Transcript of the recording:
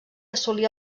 assolí